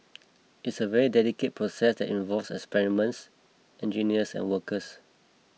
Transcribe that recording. it's a very delicate process that involves experience engineers and workers